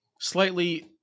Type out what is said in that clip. Slightly